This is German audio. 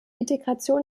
integration